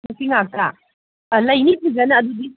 ꯅꯨꯄꯤ ꯉꯥꯛꯇ ꯑꯥ ꯂꯩꯅꯤ ꯐꯖꯅ ꯑꯗꯨꯗꯤ